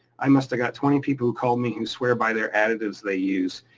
i must have got twenty people who called me who swear by their additives they use.